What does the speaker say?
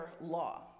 law